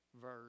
verse